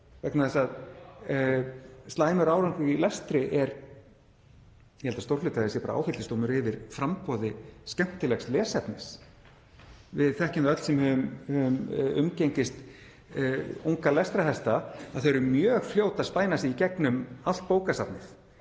vegna þess að slæmur árangur í lestri er — ég held að stór hluti af því sé bara áfellisdómur yfir framboði skemmtilegs lesefnis. Við þekkjum það öll sem höfum umgengist unga lestrarhesta að þau eru mjög fljót að spæna sig í gegnum allt bókasafnið,